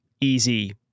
easy